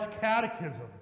catechism